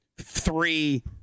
Three